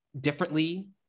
differently